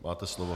Máte slovo.